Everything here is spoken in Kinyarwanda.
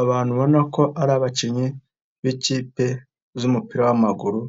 Abantu ubona ko ari abakinnyi b'ikipe z'umupira w'amaguru